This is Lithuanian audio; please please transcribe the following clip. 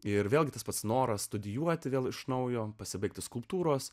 ir vėlgi tas pats noras studijuoti vėl iš naujo pasibaigti skulptūros